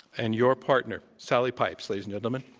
and your partner, sally pipes, ladies and gentlemen.